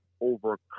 over